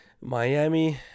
Miami